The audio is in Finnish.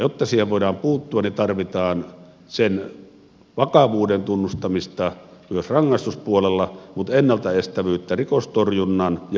jotta siihen voidaan puuttua tarvitaan sen vakavuuden tunnustamista myös rangaistuspuolella mutta ennaltaestävyyttä rikostorjunnan ja julkisuuden kautta